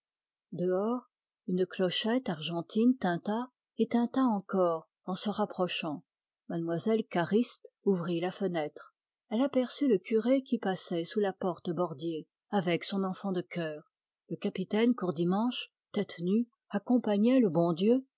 dehors une clochette argentine tinta et tinta encore en se rapprochant mlle cariste ouvrit la fenêtre elle aperçut le curé qui passait sous la porte bordier avec son enfant de chœur le capitaine courdimanche tête nue accompagnait le bon dieu